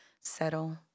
settle